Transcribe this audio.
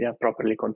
properly